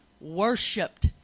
Worshipped